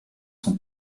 sont